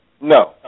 No